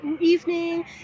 evening